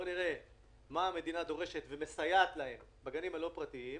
איך המדינה מסייעת להם,